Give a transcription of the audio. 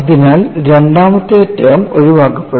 അതിനാൽ രണ്ടാമത്തെ ടേം ഒഴിവാക്കപ്പെടും